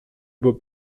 beau